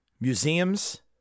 museums